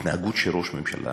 התנהגות של ראש ממשלה